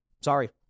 Sorry